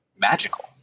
magical